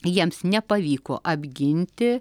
jiems nepavyko apginti